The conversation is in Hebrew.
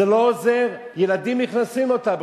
לא עוזר, ילדים נכנסים לבריכה.